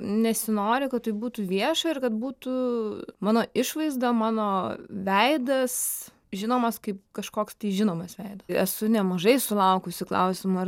nesinori kad tai būtų vieša ir kad būtų mano išvaizda mano veidas žinomas kaip kažkoks žinomas veidas esu nemažai sulaukusi klausimų